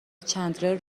چندلر